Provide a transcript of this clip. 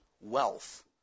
wealth